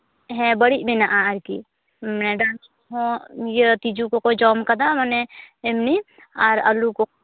ᱦᱮᱸ ᱵᱟᱹᱲᱤᱡ ᱢᱮᱱᱟᱜᱼᱟ ᱟᱨᱠᱤ ᱢᱟᱱᱮ ᱫᱟᱹᱞ ᱠᱚᱦᱚᱸ ᱛᱤᱡᱩ ᱠᱚᱠᱚ ᱡᱚᱢ ᱟᱠᱟᱫᱟ ᱢᱟᱱᱮ ᱮᱢᱱᱤ ᱟᱨ ᱟᱹᱞᱩ ᱠᱚᱦᱚᱸ